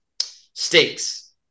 stakes